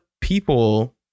people